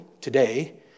today